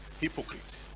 Hypocrite